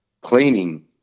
cleaning